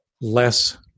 less